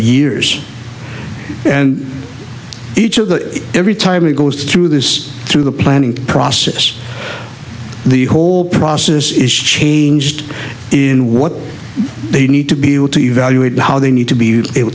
years and each of the every time it goes through this through the planning process the whole process is changed in what they need to be able to evaluate how they need to be able